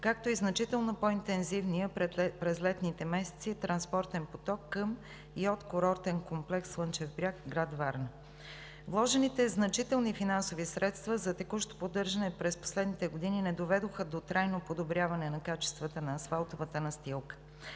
както и значително по-интензивният през летните месеци транспортен поток към и от курортен комплекс „Слънчев бряг“ и град Варна. Вложените значителни финансови средства за текущо поддържане през последните години не доведоха до трайно подобряване на качествата на асфалтовата настилка.